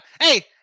hey